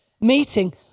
meeting